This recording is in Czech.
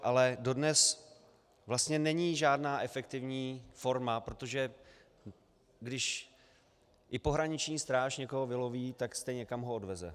Ale dodnes vlastně není žádná efektivní forma, protože když i pohraniční stráž někoho vyloví, tak stejně, kam ho odveze?